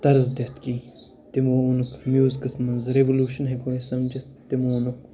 دَرٕس دِتھ کِہیٖنۍ تِمو اوٚنُکھ میوٗزکَس منٛز رٮ۪ولیوٗشَن ہٮ۪کو أسۍ سَمجھِتھ تِمو اوٚنُکھ